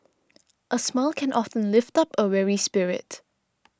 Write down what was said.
a smile can often lift up a weary spirit